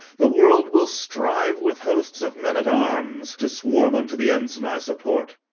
the world will strive with hosts of men-at-arms to swarm unto the ensign i support.